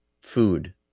food